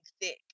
thick